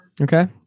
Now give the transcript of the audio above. okay